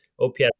ops